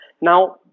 Now